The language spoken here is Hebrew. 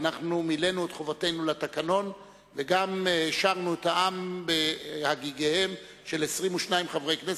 מילאנו את חובתנו לתקנון וגם העשרנו את העם בהגיגיהם של 22 חברי הכנסת,